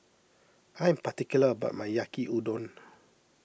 I am particular about my Yaki Udon